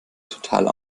total